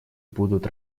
будут